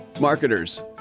Marketers